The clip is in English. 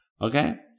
Okay